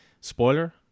Spoiler